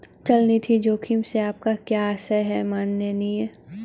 चल निधि जोखिम से आपका क्या आशय है, माननीय?